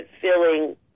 feeling